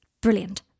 Brilliant